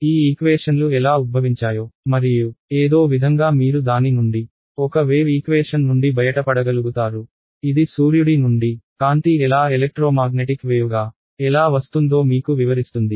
ఈ ఈక్వేషన్లు ఎలా ఉద్భవించాయో మరియు ఏదో విధంగా మీరు దాని నుండి ఒక వేవ్ ఈక్వేషన్ నుండి బయటపడగలుగుతారు ఇది సూర్యుడి నుండి కాంతి ఎలా ఎలెక్ట్రోమాగ్నెటిక్ వేవ్ గా ఎలా వస్తుందో మీకు వివరిస్తుంది